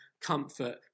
comfort